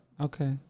Okay